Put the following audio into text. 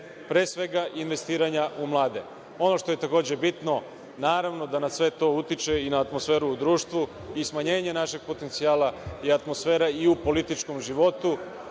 pre svega investiranja u mlade. Ono što je takođe bitno, naravno da nam sve to utiče i na atmosferu u društvu i smanjenje našeg potencijala i atmosfera i u političkog životu.